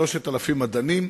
3,000 מדענים,